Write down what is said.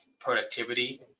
productivity